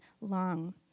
long